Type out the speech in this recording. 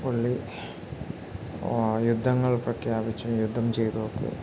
പുള്ളി യുദ്ധങ്ങൾ പ്രഖ്യാപിച്ച് യുദ്ധം ചെയ്തതൊക്കെ